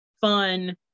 fun